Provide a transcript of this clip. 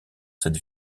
cette